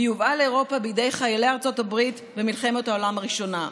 והיא יובאה לאירופה בידי חיילי ארצות הברית במלחמת העולם הראשונה.